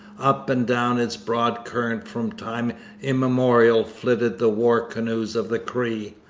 up and down its broad current from time immemorial flitted the war canoes of the cree,